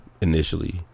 Initially